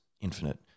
infinite